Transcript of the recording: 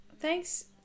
Thanks